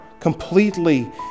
completely